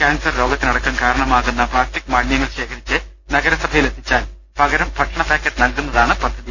cancer രോഗത്തിനടക്കം കാരണമാകുന്ന plastic മാലിന്യങ്ങൾ ശേഖരിച്ച് നഗരസഭയിലെത്തിച്ചാൽ പകരം ഭക്ഷണ പാക്കറ്റ് നൽകുന്നതാണ് പദ്ധതി